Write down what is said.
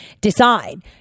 decide